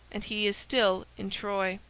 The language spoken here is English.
and he is still in troy.